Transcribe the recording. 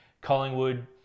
Collingwood